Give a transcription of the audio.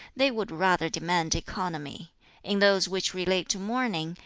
they would rather demand economy in those which relate to mourning,